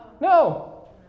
No